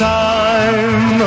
time